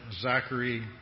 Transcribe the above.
Zachary